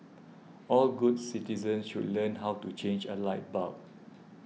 all good citizens should learn how to change a light bulb